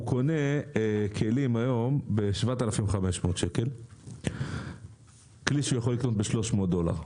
היום הוא קונה כלים ב-7,500 כשהוא יכול לקנות ב-300 דולר.